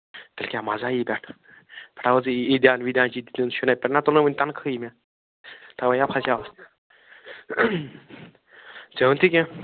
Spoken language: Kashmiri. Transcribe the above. تیٚلہِ کیٛاہ مزٕ ہا یی پٮ۪ٹھٕ پٮ۪ٹھٕ ہا وٲژٕے عیٖدِیان ویٖدِیان چھُے دیُن شُرٮ۪ن پٮ۪ٹھ نا توٚر نہٕ وُنہِ تنخواہٕے مےٚ تَوے ہا پھَسیوس ژےٚ اوٚنتھٕ کیٚنٛہہ